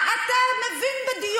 את רוצה לדבר בנימוס או שאת רוצה להתלהם?